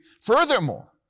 Furthermore